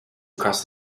across